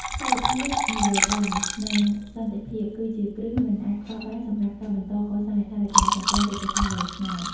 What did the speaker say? ស្ថិរភាពនយោបាយ និងសន្តិភាព គឺជាគ្រឹះមិនអាចខ្វះបានសម្រាប់ការបន្តកសាងហេដ្ឋារចនាសម្ព័ន្ធយុទ្ធសាស្ត្រវែងឆ្ងាយ។